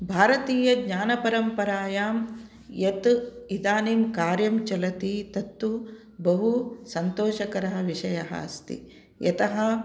भारतीय ज्ञानपरम्परायां यत् इदानीं कार्यं चलति तत्तु बहु सन्तोषकरः विषयः अस्ति यतः